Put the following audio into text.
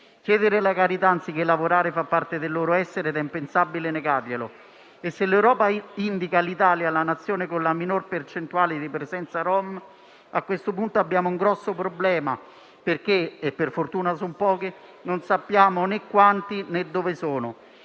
Chiedere la carità anziché lavorare fa parte del loro essere ed è impensabile negarglielo e, se l'Europa indica l'Italia come la Nazione con la minor percentuale di presenza rom, a questo punto abbiamo un grosso problema perché - per fortuna sono pochi - non sappiamo né quanti, né dove sono.